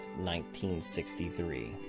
1963